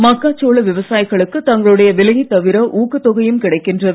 மக்காச்சோள விவசாயிகளுக்கு தங்களுடைய விலையைத் தவிர ஊக்கத் தொகையும் கிடைக்கின்றது